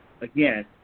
again